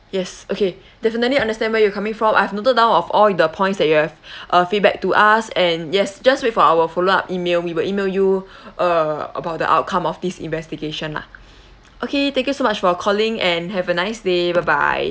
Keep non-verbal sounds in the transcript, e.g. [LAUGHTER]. yes okay definitely understand where you're coming from I have noted down of all the points that you have [BREATH] uh feedback to us and yes just wait for our follow up email we will email you uh about the outcome of this investigation lah [BREATH] okay thank you so much for calling and have a nice day bye bye